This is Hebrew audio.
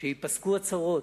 שייפסקו הצרות,